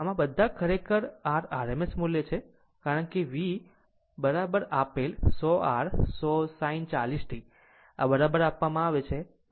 Ω આ બધા ખરેખર r RMS મૂલ્ય છે કારણ કે V આપેલ 100 r 100 sin 40 t આ બરાબર આપવામાં આવે છે